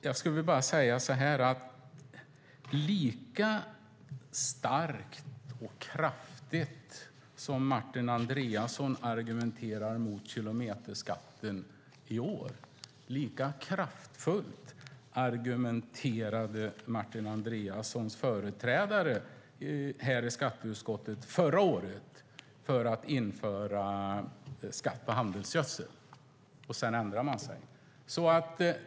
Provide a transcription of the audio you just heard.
Jag skulle vilja säga att lika starkt och kraftigt som Martin Andreasson argumenterar mot kilometerskatten i år, lika kraftfullt argumenterade Martin Andreassons företrädare i skatteutskottet här förra året för att införa skatt på handelsgödsel. Sedan ändrade man sig.